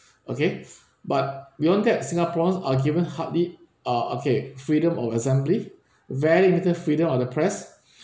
okay but beyond that singaporeans are given hardly uh okay freedom of assembly very limited freedom of the press